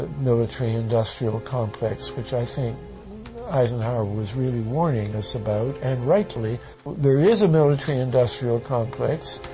but military-industrial complex which i think eisenhower was really warning us about, and rightly. but there is a military-industrial complex.